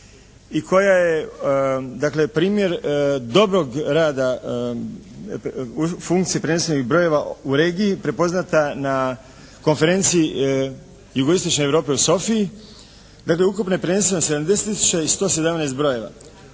i koja je dakle primjer dobrog rada funkcije prenesenih brojeva u regiji prepoznata na Konferenciji jugo-istočne Europe u Sofiji. Dakle, ukupno je preneseno 70 tisuća i 117 brojeva.